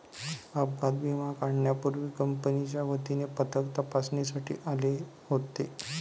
अपघात विमा काढण्यापूर्वी कंपनीच्या वतीने पथक तपासणीसाठी आले होते